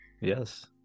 yes